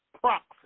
proxy